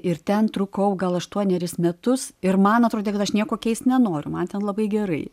ir ten trukau gal aštuonerius metus ir man atrodė kad aš nieko keist nenoriu man ten labai gerai